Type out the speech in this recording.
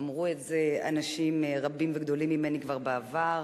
אמרו את זה אנשים רבים וגדולים ממני כבר בעבר.